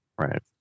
Right